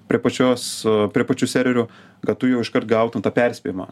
prie pačios prie pačių serverių kad tu jau iškart gautum tą perspėjimą